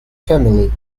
family